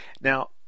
Now